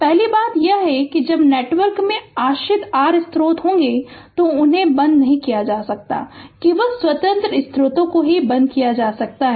पहली बात यह है कि जब नेटवर्क में आश्रित r स्रोत होंगे तो उन्हें बंद नहीं किया जा सकता है केवल स्वतंत्र स्रोतों को ही बंद किया जा सकता है